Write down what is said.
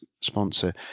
sponsor